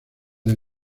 del